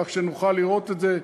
כך שנוכל לראות את זה.